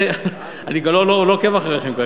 אני כבר לא עוקב אחריכם.